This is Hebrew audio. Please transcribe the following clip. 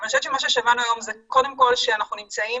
מה ששמענו היום זה קודם כל שאנחנו נמצאים